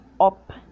up